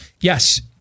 Yes